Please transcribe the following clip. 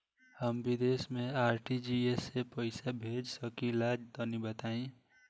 हम विदेस मे आर.टी.जी.एस से पईसा भेज सकिला तनि बताई?